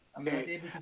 Okay